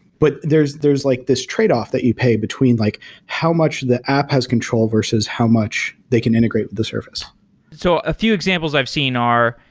but there's there's like this trade-off that you pay between like how much the app has control, versus how much they can integrate with the surface so a few examples i've seen are,